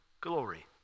glory